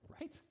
right